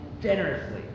generously